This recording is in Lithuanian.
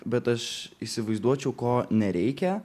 bet aš įsivaizduočiau ko nereikia